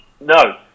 no